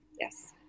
Yes